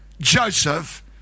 Joseph